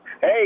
Hey